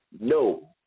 no